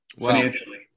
financially